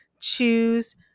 choose